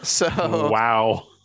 Wow